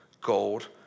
gold